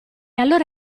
allora